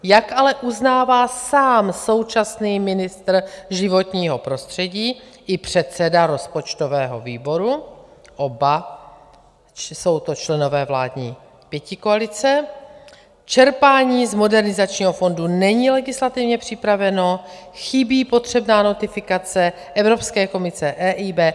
Jak ale uznává sám současný ministr životního prostředí i předseda rozpočtového výboru oba jsou to členové vládní pětikoalice čerpání z Modernizačního fondu není legislativně připraveno, chybí potřebná notifikace Evropské komise, EIB.